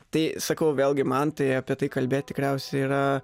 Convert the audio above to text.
tai sakau vėlgi man tai apie tai kalbėt tikriausiai yra